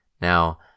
Now